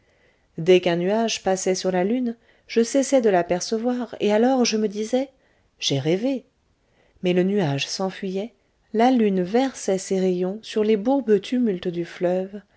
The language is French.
dès qu'un nuage passait sur la lune je cessais de l'apercevoir et alors je me disais j'ai rêvé mais le nuage s'enfuyait la lune versait ses rayons sur les bourbeux